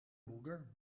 moeder